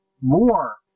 more